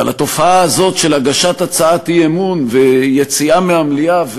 אבל התופעה הזאת של הגשת הצעת אי-אמון ויציאה מהמליאה,